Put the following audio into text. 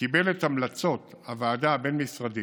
קיבל את המלצות הוועדה הבין-משרדית